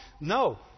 no